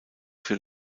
für